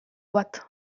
bat